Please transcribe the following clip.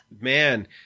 Man